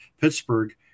Pittsburgh